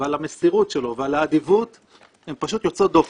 ועל המסירות ועל האדיבות הן פשוט יוצאות דופן.